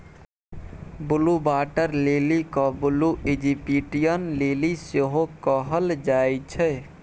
blue water lily केँ blue Egyptian lily सेहो कहल जाइ छै